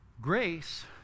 Grace